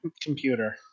computer